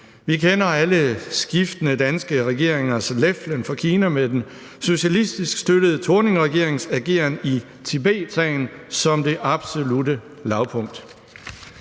Vi kender alle skiftende danske regeringers leflen for Kina med den socialistisk støttede Thorning-Schmidt-regerings ageren i Tibetsagen som det absolutte lavpunkt.